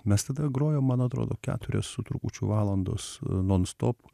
mes tada grojom man atrodo keturias su trupučiu valandos non stop